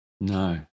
No